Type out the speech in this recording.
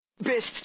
Best